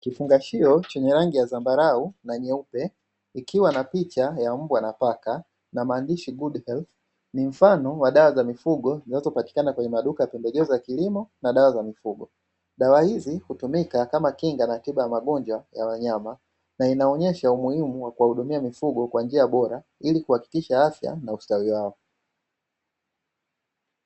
Kifungashio chenye rangi ya zambarau na nyeupe kikiwa na picha ya mbwa na paka na maandishi yasomekayo "good health" mfano wa dawa za mifugo zinazopatikana katika maduka ya pembejeo za kilimo na dawa za mifugo . Dawa hizo hutumika kama tiba ama kinga ya magonjwa ya wanyama, na inaoesha umuhimu wa kuwatibia wagonjwa kwa njia bora ilikuhakikisha afya na ustawi wao.